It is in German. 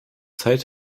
zeit